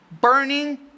burning